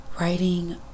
writing